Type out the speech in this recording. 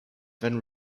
then